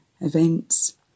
events